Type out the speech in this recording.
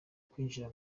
kwinjira